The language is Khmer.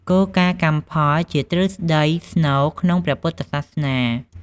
គោលការណ៍កម្មផល ជាទ្រឹស្ដីស្នូលក្នុងព្រះពុទ្ធសាសនា។